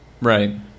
Right